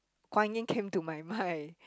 Guan-Yin came to my mind